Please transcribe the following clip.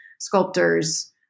sculptors